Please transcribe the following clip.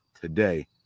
today